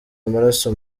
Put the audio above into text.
amaraso